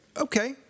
Okay